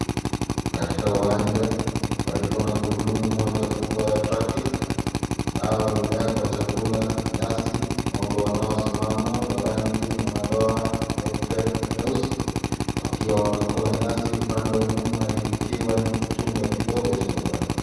Katika uwanja palipo na gurudumu moja kubwa la trekta, nalo limewekwa chakula; nyasi. Ng'ombe wanaosimama wa rangi na madoa nyeupe na meusi, wakiwa wanakula nyasi upande wa nyuma ikiwa ni chumba kidogo cha mabati.